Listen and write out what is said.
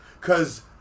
Cause